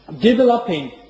developing